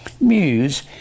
muse